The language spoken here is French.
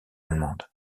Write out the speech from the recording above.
allemande